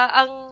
ang